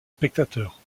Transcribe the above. spectateurs